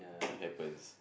it happens